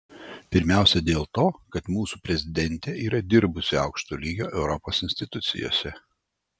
pirmiausiai dėl to kad mūsų prezidentė yra dirbusi aukšto lygio europos institucijose